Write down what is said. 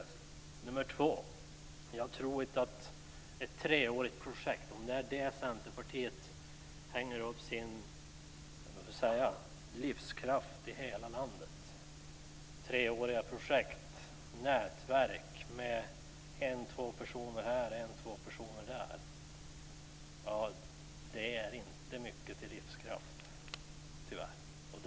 För det andra: Jag tror inte att treåriga projekt - om det är det som Centerpartiet hänger upp sin livskraft i hela landet på - och nätverk med en eller två personer här och en eller två personer där ger mycket till livskraft, tyvärr.